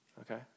okay